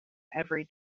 every